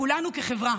לכולנו כחברה,